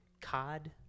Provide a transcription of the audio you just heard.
COD